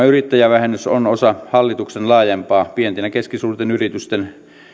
yrittäjävähennys on osa hallituksen laajempaa pienten ja keskisuurten yritysten